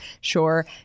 sure